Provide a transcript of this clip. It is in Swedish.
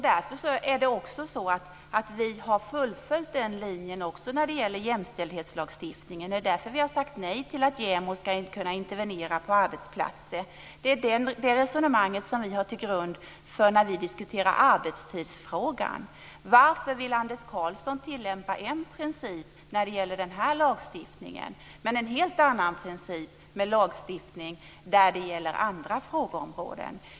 Därför har vi fullföljt den linjen också när det gäller jämställdhetslagstiftningen. Det är därför som vi har sagt nej till att JämO ska kunna intervenera på arbetsplatserna. Det är det resonemanget som vi har som grund när vi diskuterar arbetstidsfrågan. Varför vill Anders Karlsson tillämpa en princip när det gäller den här lagstiftningen men en helt annan princip för lagstiftning när det gäller andra områden?